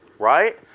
right?